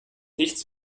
nichts